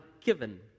given